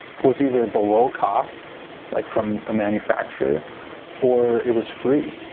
was either below cost like from a manufacturer or it was free.